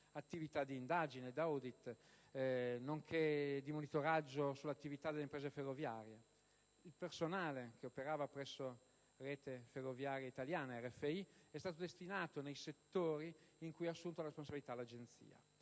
attività di indagine ed *audit*, nonché di monitoraggio sull'attività delle imprese ferroviarie. Personale che operava presso Rete ferroviaria italiana (RFI) è stato destinato nei settori in cui ha assunto la responsabilità l'Agenzia;